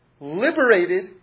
liberated